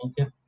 Okay